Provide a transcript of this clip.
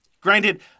Granted